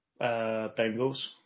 Bengals